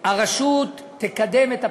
הרשות תקדם את הפריפריה,